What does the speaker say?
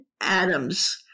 Adams